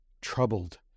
Troubled